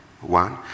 One